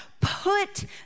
put